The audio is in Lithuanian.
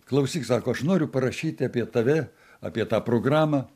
klausyk sako aš noriu parašyti apie tave apie tą programą